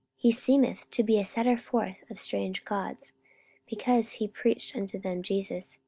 he seemeth to be a setter forth of strange gods because he preached unto them jesus,